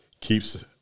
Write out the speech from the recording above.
keeps